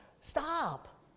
Stop